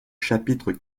chapitre